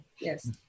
Yes